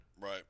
Right